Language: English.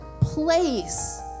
place